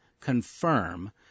confirm